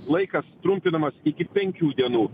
laikas trumpinamas iki penkių dienų